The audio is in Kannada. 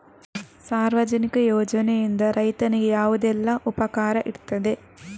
ಸಾರ್ವಜನಿಕ ಯೋಜನೆಯಿಂದ ರೈತನಿಗೆ ಯಾವುದೆಲ್ಲ ಉಪಕಾರ ಇರ್ತದೆ?